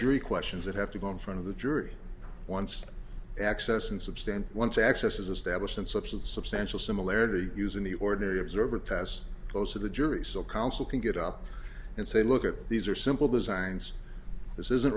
jury questions that have to go in front of the jury once access and substantial once access is established and substance substantial similarity using the ordinary observer test close to the jury so council can get up and say look at these are simple designs this isn't